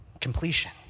Completion